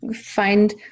find